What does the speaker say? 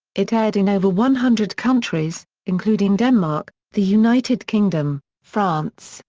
it aired in over one hundred countries, including denmark, the united kingdom, france,